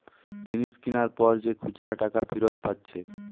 জিনিস কিনার পর যে খুচরা টাকা ফিরত পাচ্ছে